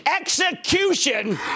execution